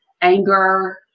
anger